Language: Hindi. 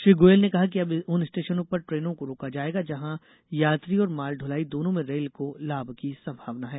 श्री गोयल ने कहा कि अब उन स्टेशनों पर ट्रेनों को रोका जाएगा जहां यात्री और माल ढुलाई दोनों में रेल को लाभ की संभावना है